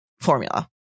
formula